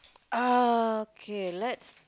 uh okay let's